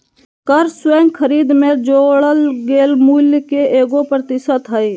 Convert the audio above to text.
कर स्वयं खरीद में जोड़ल गेल मूल्य के एगो प्रतिशत हइ